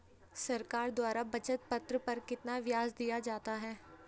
सरकार द्वारा बचत पत्र पर कितना ब्याज दिया जाता है?